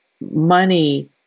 money